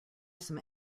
some